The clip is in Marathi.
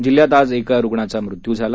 जिल्ह्यात आज एका रुग्णाचा मृत्यू झाला